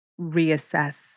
reassess